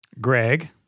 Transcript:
Greg